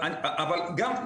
אבל גם,